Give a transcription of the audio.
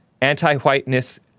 Anti-whiteness